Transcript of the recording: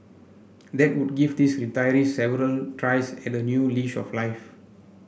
that would give these retirees several tries at a new leash of life